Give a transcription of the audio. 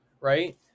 right